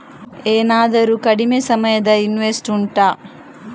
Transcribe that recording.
ಏನಾದರೂ ಕಡಿಮೆ ಸಮಯದ ಇನ್ವೆಸ್ಟ್ ಉಂಟಾ